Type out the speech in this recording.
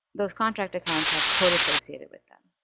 those contract accounts have code associated with them.